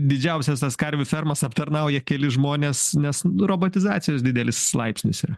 didžiausias tas karvių fermas aptarnauja keli žmonės nes nu robotizacijos didelis laipsnis yra